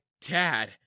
dad